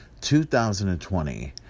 2020